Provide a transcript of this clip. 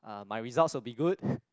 uh my results will be good